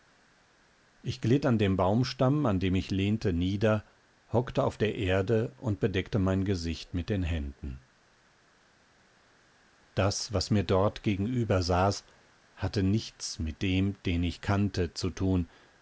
ich glitt an dem baumstamm an dem ich lehnte nieder hockte auf der erde und bedeckte mein gesicht mit den händen das was mir dort gegenübersaß hatte nichts mit dem den ich kannte zu tun